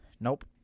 Nope